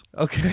Okay